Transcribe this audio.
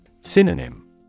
Synonym